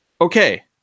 Okay